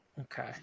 Okay